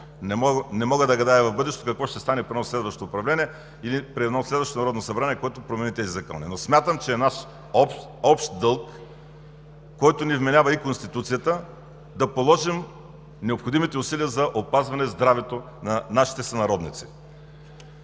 Не мога да гадая в бъдеще какво ще стане при едно следващо управление и при едно следващо Народно събрание, което да промени тези закони. Смятам, че е наш общ дълг, който ни вменява и Конституцията – да положим необходимите усилия за опазване здравето на нашите сънародници.